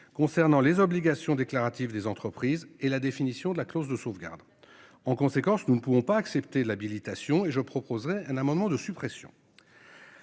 concernant les obligations déclaratives des entreprises et la définition de la clause de sauvegarde. En conséquence, nous ne pouvons pas accepter l'habilitation et je proposerai un amendement de suppression.